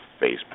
Facebook